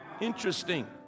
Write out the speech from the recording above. Interesting